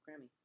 Grammy